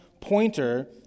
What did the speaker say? pointer